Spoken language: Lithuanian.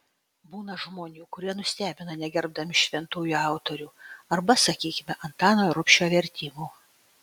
būna žmonių kurie nustebina negerbdami šventųjų autorių arba sakykime antano rubšio vertimų